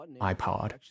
iPod